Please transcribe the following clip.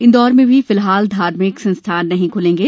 इन्दौर में भी फिलहाल धार्मिक संस्थान नहीं खुलेंगे